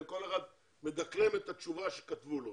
כל אחד מדקלם את התשובה שכתבו לו.